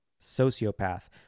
sociopath